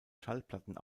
schallplatten